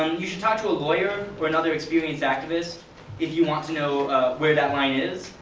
um you should talk to a lawyer or another experienced activist if you want to know where that line is,